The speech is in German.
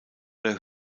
der